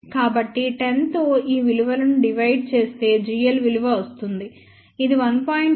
కాబట్టి10 తో ఈ విలువలను డివైడ్ చేస్తే gl విలువ వస్తుంది ఇది 1